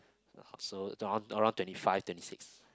I hope so around around twenty five twenty six